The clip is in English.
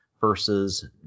versus